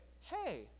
hey